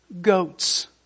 goats